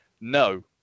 No